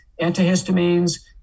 antihistamines